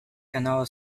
canal